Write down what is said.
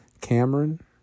Cameron